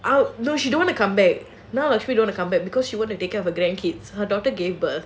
no she don't want to come back now lakshimi don't want to come back because she wants to take care of her grandkids her daughter gave birth